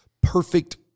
perfect